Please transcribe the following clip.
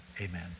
Amen